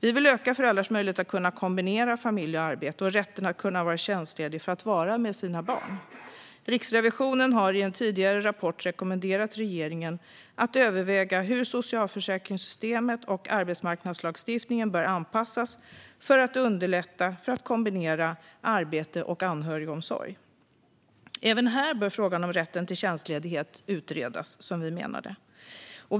Vi vill öka föräldrars möjlighet att kunna kombinera familj och arbete och rätten att kunna vara tjänstledig för att vara med sina barn. Riksrevisionen har i en tidigare rapport rekommenderat regeringen att överväga hur socialförsäkringssystemet och arbetsmarknadslagstiftningen bör anpassas för att underlätta för att kombinera arbete och anhörigomsorg. Även här bör, som vi menar det, frågan om rätten till tjänstledighet utredas.